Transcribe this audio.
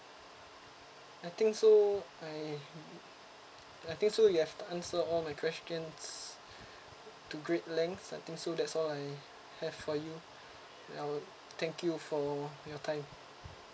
I think so I've I think so you've answered all my questions to great length I think so that's all I have for you I will thank you for your time